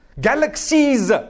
Galaxies